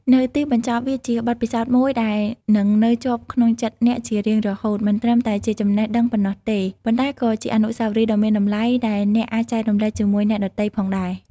នៅទីបញ្ចប់ វាជាបទពិសោធន៍មួយដែលនឹងនៅជាប់ក្នុងចិត្តអ្នកជារៀងរហូត មិនត្រឹមតែជាចំណេះដឹងប៉ុណ្ណោះទេ ប៉ុន្តែក៏ជាអនុស្សាវរីយ៍ដ៏មានតម្លៃដែលអ្នកអាចចែករំលែកជាមួយអ្នកដទៃផងដែរ។